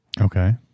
Okay